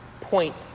point